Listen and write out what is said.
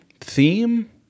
theme